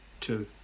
two